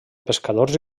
pescadors